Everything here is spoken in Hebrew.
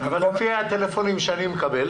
לפי הטלפונים הלא מעטים שאני מקבל